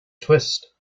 twist